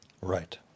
Right